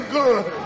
good